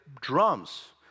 drums